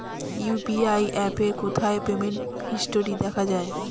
UPI অ্যাপে কোথায় payment history দেখা যায়?